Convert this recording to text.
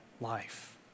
life